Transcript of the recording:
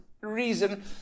reason